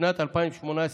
בשנת 2018,